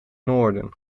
noorden